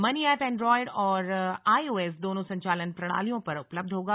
money app Android और iOS दोनों संचालन प्रणालियों पर उपलब्ध होगा